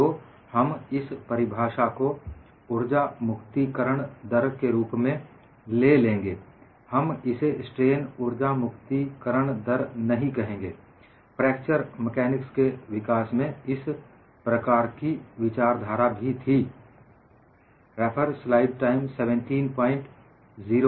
तो हम इस परिभाषा को उर्जा मुक्तिकरण दर के रूप में ले लेंगे हम इसे स्ट्रेन उर्जा मुक्ति करण दर नहीं कहेंगे फ्रैक्चर मेकानिक्स के विकास में इस प्रकार की विचारधारा भी थी